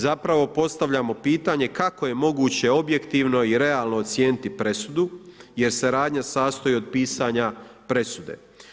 Zapravo postavljamo pitanje kako je moguće objektivno i realno ocijeniti presudu jer se radnja sastoji od pisanja presude.